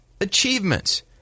achievements